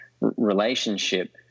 relationship